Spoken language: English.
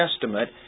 Testament